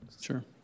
sure